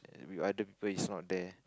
with other people is not there